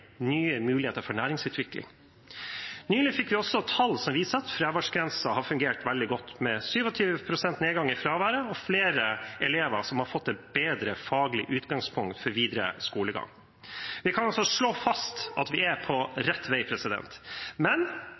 nye muligheter for næringsutvikling. Nylig fikk vi også tall som viser at fraværsgrensen har fungert veldig godt, med 27 pst. nedgang i fraværet og flere elever som har fått et bedre faglig utgangspunkt for videre skolegang. Vi kan altså slå fast at vi er på rett vei, men